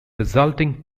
resulting